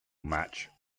match